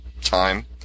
time